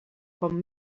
com